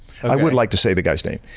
and i would like to say the guy's name.